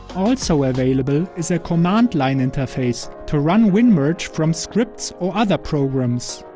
also available is a command line interface to run winmerge from scripts or other programs.